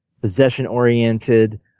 possession-oriented